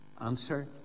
Answer